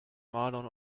marlon